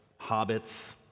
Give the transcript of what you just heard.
hobbits